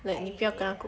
like 你不要跟她 group